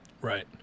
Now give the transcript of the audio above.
right